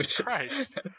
Christ